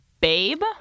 babe